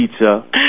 pizza